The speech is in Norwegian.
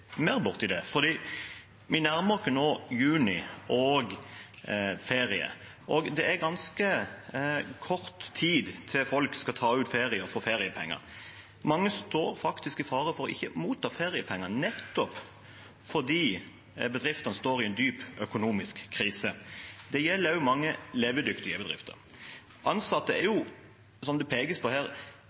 Vi nærmer oss nå juni og ferie. Det er ganske kort tid til folk skal ta ut ferie og få feriepenger. Mange står faktisk i fare for ikke å motta feriepenger, nettopp fordi bedriftene står i en dyp økonomisk krise. Det gjelder også mange levedyktige bedrifter. Ansatte er jo, som det pekes på her,